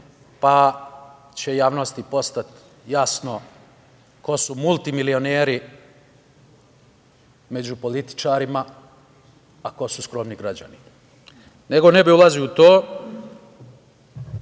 pa će javnosti postati jasno ko su multimilioneri među političarima, a ko su skromni građani. Nego, ne bih ulazio u to.